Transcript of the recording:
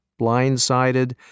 blindsided